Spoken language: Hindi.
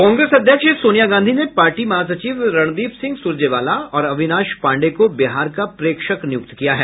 कांग्रेस अध्यक्ष सोनिया गांधी ने पार्टी महासचिव रणदीप सिंह सुरजेवाला और अविनाश पाण्डेय को बिहार का प्रेक्षक नियुक्त किया है